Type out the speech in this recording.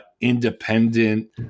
independent